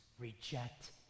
reject